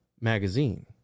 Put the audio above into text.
magazine